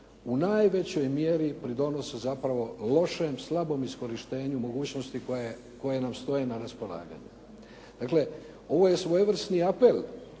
u najvećoj mjeri pridonose zapravo lošem slabom korištenju mogućnosti koje nam stoje na raspolaganju. Dakle, ovo je svojevrsni apel